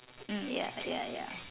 mm ya ya ya